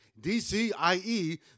DCIE